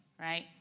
right